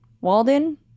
Walden